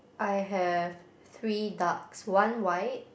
I have three ducks one white